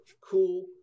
cool